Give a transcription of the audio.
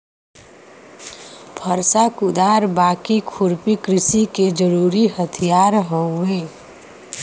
फरसा, कुदार, बाकी, खुरपी कृषि के जरुरी हथियार हउवे